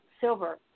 silver